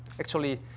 actually,